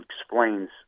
explains